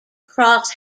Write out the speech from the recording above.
cross